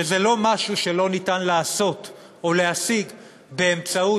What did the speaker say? שזה לא משהו שאי-אפשר לעשות או להשיג באמצעות